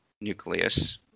nucleus